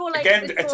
again